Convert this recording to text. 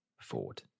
Ford